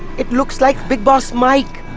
it looks like big boss mike.